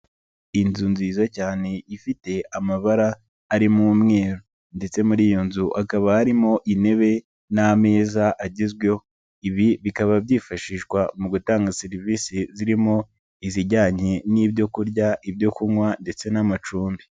Inzu nziza cyane ifite amabara arimo umweru ndetse muri iyo nzu hakaba harimo intebe n'ameza agezweho. Ibi bikaba byifashishwa mu gutanga serivisi zirimo izijyanye n'ibyo kurya, ibyo kunywa ndetse n'amacumbi.